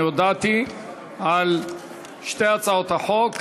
אני הודעתי על שתי הצעות החוק.